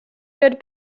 good